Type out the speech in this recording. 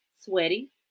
sweaty